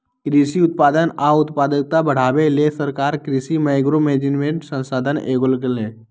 कृषि उत्पादन आ उत्पादकता बढ़ाबे लेल सरकार कृषि मैंक्रो मैनेजमेंट संशोधन कएलक